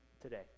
today